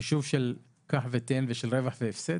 בחישוב של קח ותן ושל רווח והפסד?